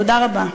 תודה רבה.